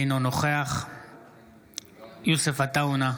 אינו נוכח יוסף עטאונה,